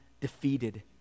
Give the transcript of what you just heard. defeated